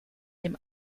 dem